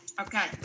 Okay